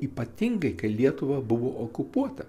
ypatingai kai lietuva buvo okupuota